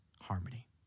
harmony